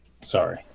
Sorry